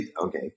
okay